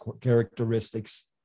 characteristics